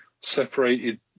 separated